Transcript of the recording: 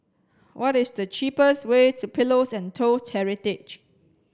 what is the cheapest way to Pillows and Toast Heritage